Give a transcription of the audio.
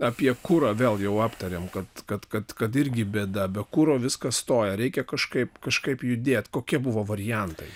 apie kurą vėl jau aptarėm kad kad kad kad irgi bėda be kuro viskas stoja reikia kažkaip kažkaip judėt kokie buvo variantai